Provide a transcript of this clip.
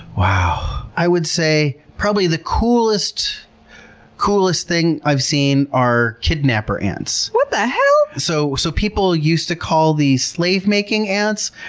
wow. i would say probably the coolest coolest thing i've seen are kidnapper ants. what the hell? so so people used to call these slave-making ants,